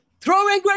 throwing